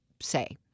say—